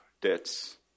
debts